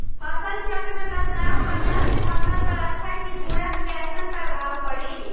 फसल चक्र मे बदलाव करला से फसल पर अच्छा की बुरा कैसन प्रभाव पड़ी?